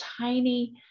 tiny